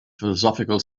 philosophical